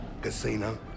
Casino